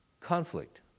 conflict